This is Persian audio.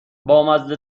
بامزه